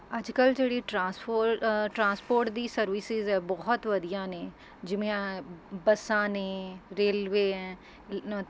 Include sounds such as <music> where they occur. ਅੱਜ ਕੱਲ੍ਹ ਜਿਹੜੀ ਟਰਾਂਸਫੋਰ ਟਰਾਂਸਪੋਰਟ ਦੀ ਸਰਵਿਸਿਜ਼ ਹੈ ਬਹੁਤ ਵਧੀਆ ਨੇ ਜਿਵੇਂ ਆਹ ਬੱਸਾਂ ਨੇ ਰੇਲਵੇ ਹੈ <unintelligible>